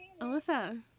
Alyssa